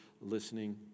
listening